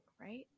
right